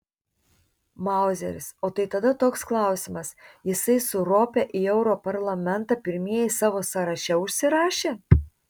mauzeris o tai tada toks klausimas jisai su rope į europarlamentą pirmieji savo sąraše užsirašę